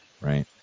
right